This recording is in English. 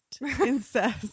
Incest